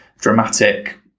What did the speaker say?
dramatic